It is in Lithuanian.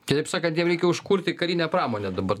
kitaip sakan jiem reikia užkurti karinę pramonę dabar